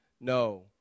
no